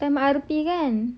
time M_R_P kan